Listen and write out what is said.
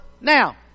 now